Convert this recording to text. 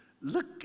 Look